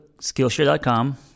Skillshare.com